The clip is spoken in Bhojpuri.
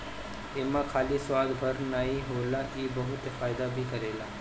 एमे खाली स्वाद भर नाइ होला इ बहुते फायदा भी करेला